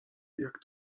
jak